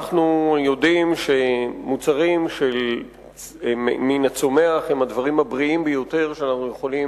אנחנו יודעים שמוצרים מן הצומח הם הדברים הבריאים ביותר שאנחנו יכולים,